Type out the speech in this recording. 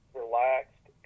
relaxed